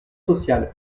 social